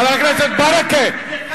חבר הכנסת ברכה.